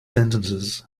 sentences